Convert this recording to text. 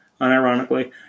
unironically